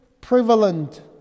prevalent